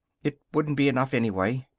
it wouldn't be enough, anyway.